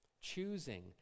Choosing